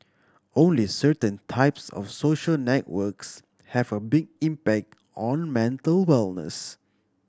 only certain types of social networks have a big impact on mental wellness